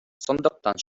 сандыктан